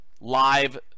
live